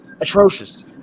atrocious